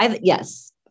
Yes